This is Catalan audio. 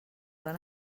van